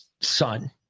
son